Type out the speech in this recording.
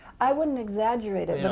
i wouldn't exaggerate it, yeah